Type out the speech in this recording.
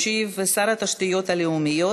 ישיב שר התשתיות הלאומיות,